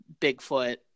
Bigfoot